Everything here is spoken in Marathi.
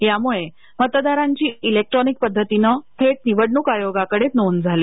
त्यामूळे मतदारांची इलेक्ट्रॉनिक पद्धतीने थेट निवडणूक आयोगाकडे नोंद झाली